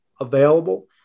available